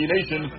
Nation